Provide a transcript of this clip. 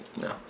no